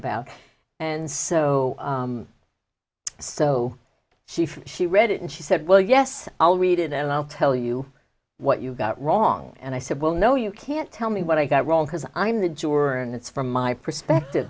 about and so so she felt she read it and she said well yes i'll read it and i'll tell you what you got wrong and i said well no you can't tell me what i got wrong because i'm the juror and it's from my perspective